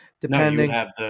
depending